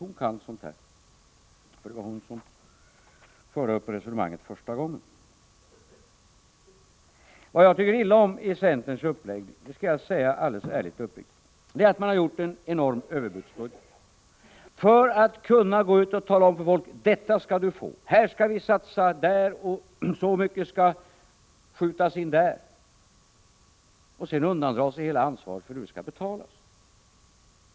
Hon kan sådant här, för det var hon som tog upp resonemanget första gången. Vad jag tycker illa om i centerns uppläggning — det skall jag säga alldeles ärligt och uppriktigt — är att man gjort en enorm överbudsbudget. Man går ut och talar om för folk att detta skall ni få, här skall vi satsa, så mycket skall skjutas in där — och sedan undandrar man sig hela ansvaret för hur det skall betalas.